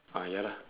ah ya lah